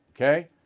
Okay